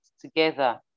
together